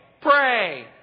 pray